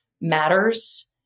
matters